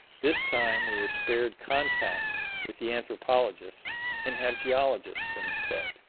this time we are spared contact with the anthropologists and have geologists instead,